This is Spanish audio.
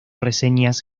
reseñas